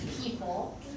people